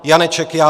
Janeček Jan